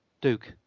Duke